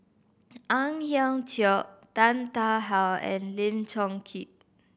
Ang Hiong Chiok Tan Tarn How and Lim Chong Keat